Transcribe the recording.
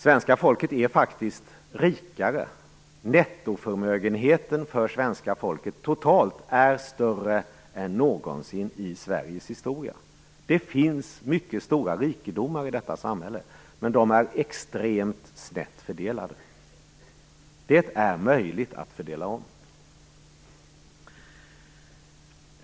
Svenska folket är faktiskt rikare, nettoförmögenheten för svenska folket totalt är större än någonsin i Sveriges historia. Det finns mycket stora rikedomar i detta samhälle, men de är extremt snett fördelade. Det är möjligt att fördela om.